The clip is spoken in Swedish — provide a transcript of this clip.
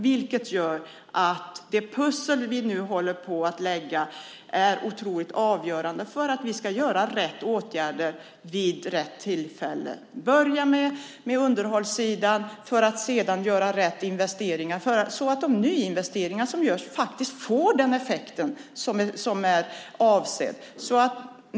Det gör att det pussel vi nu håller på att lägga är otroligt avgörande för att vi ska vidta rätt åtgärder vid rätt tillfälle. Vi börjar med underhållssidan för att sedan göra rätt investeringar, så att de nyinvesteringar som görs får den effekt som är avsedd.